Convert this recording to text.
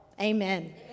Amen